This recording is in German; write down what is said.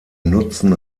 nutzen